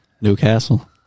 Newcastle